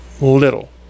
little